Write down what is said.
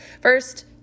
First